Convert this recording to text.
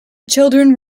children